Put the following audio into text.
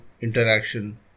interaction